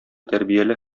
тәрбияле